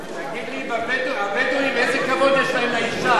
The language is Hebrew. תגיד לי: הבדואים, איזה כבוד יש להם לאשה?